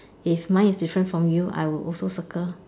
if mine is different from you I will also circle